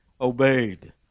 obeyed